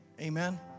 Amen